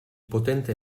potente